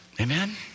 Amen